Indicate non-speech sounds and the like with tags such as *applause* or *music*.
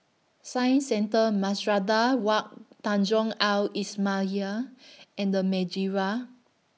Science Centre *unintelligible* Wak Tanjong Al *unintelligible* *noise* and The Madeira